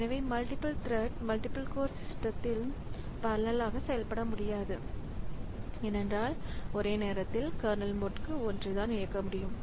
எனவே multiple threads multi core சிஸ்டத்தில் பெரலல்லாக செயல்பட முடியாது ஏனென்றால் ஒரு நேரத்தில் கர்னல் மோட்க்கு ஒன்று தான் இருக்க முடியும்